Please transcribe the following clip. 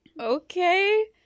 okay